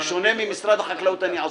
בשונה ממשרד החקלאות אני עסוק.